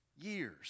years